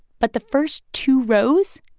but the first two rows,